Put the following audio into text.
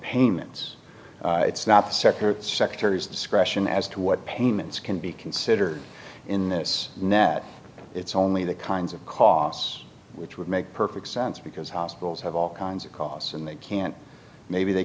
payments it's not a separate secretary's discretion as to what payments can be considered in this net it's only the kinds of costs which would make perfect sense because hospitals have all kinds of costs and they can't maybe they